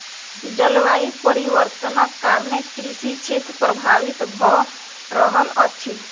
जलवायु परिवर्तनक कारणेँ कृषि क्षेत्र प्रभावित भअ रहल अछि